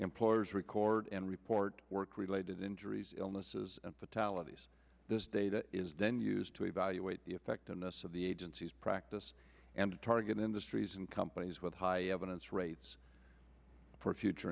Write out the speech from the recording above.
employer's record and report work related injuries illnesses and fatalities this data is then used to evaluate the effectiveness of the agency's practice and target industries and companies with high evidence rates for future